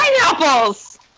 Pineapples